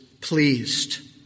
pleased